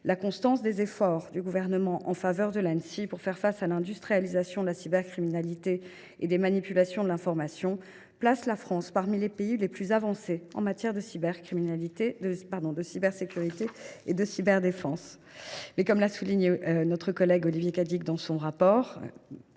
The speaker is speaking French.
La constance des efforts du Gouvernement en faveur de l’Anssi, pour faire face à l’industrialisation de la cybercriminalité et des manipulations de l’information, place la France parmi les pays les plus avancés en matière de cybersécurité et de cyberdéfense. Toutefois, comme l’a souligné notre collègue Olivier Cadic dans son rapport,